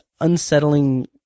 unsettling